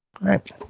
right